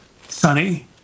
sunny